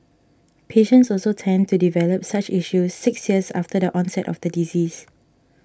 patients also tend to develop such issues six years after the onset of the disease